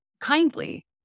kindly